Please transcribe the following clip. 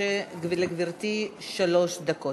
לגברתי יש שלוש דקות.